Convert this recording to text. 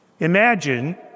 Imagine